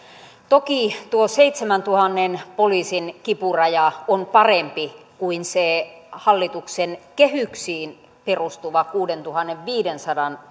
toki tuo seitsemäntuhannen poliisin kipuraja on parempi kuin se hallituksen kehyksiin perustuva kuudentuhannenviidensadan